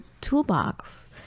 toolbox